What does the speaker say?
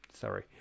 sorry